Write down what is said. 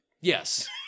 Yes